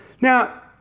Now